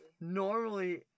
normally